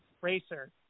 racer